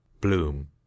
Bloom